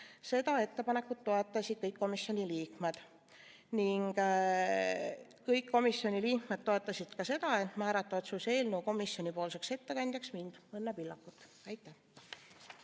Seda ettepanekut toetasid kõik komisjoni liikmed ning kõik komisjoni liikmed toetasid ka seda, et määrata otsuse eelnõu komisjonipoolseks ettekandjaks mind, Õnne Pillakut. Aitäh!